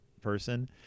person